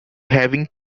having